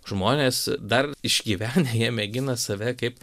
žmonės dar išgyvenę jie mėgina save kaip